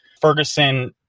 Ferguson